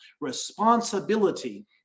responsibility